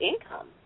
income